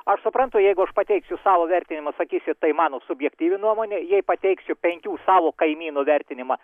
aš suprantu jeigu aš pateiksiu savo vertinimą sakysit tai mano subjektyvi nuomonė jei pateiksiu penkių savo kaimynų vertinimą